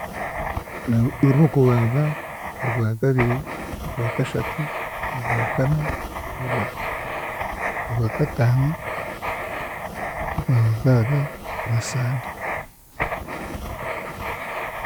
Orwokubanza, Orwakabiri, Orwakashatu, Orwakana, Orwa-, Orwakataano, Orwamukaaga na Sande.